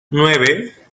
nueve